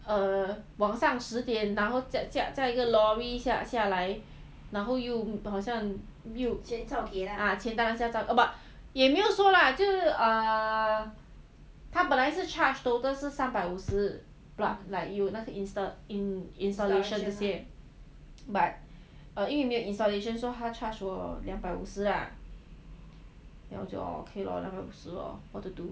err 晚上十点然后载一个 lorry 下下来然后又好像没有 but 也没有说 lah 就是 err 他本来是 charge total 三百五十 plus like 有那些 installation 这些 but err 因为没有 installation 所以他 charge 我两百五十 then 我就 okay lor 那种两百五十 lor what to do